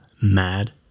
mad